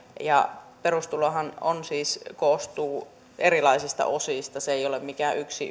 perustulohan siis koostuu erilaisista osista se ei ole mikään